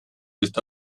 ist